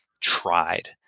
tried